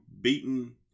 beaten